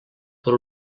per